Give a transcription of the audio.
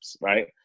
right